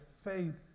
faith